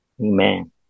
Amen